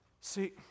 See